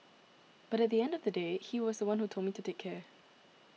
but at the end of the day he was the one who told me to take care